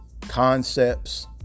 concepts